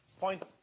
point